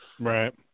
Right